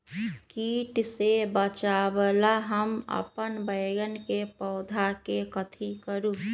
किट से बचावला हम अपन बैंगन के पौधा के कथी करू?